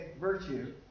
virtue